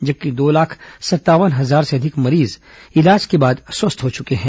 जबकि दो लाख संतावन हजार से अधिक मरीज इलाज के बाद स्वस्थ हो चुके हैं